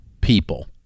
people